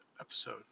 episode